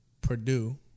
Purdue